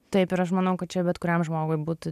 taip ir aš manau kad čia bet kuriam žmogui būtų